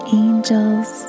angels